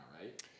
right